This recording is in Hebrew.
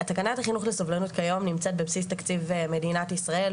תקנת החינוך לסובלנות כיום נמצאת בבסיס תקציב מדינת ישראל,